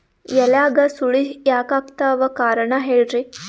ಎಲ್ಯಾಗ ಸುಳಿ ಯಾಕಾತ್ತಾವ ಕಾರಣ ಹೇಳ್ರಿ?